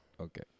Okay